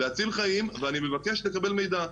להציל חיים ואני מבקש לקבל מידע,